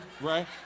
right